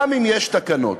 גם אם יש תקנות?